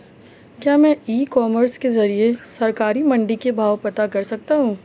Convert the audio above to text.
क्या मैं e commerce के ज़रिए सरकारी मंडी के भाव पता कर सकता हूँ?